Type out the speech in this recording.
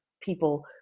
people